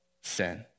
sin